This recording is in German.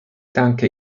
danke